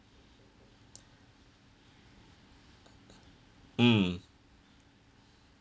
mm